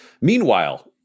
Meanwhile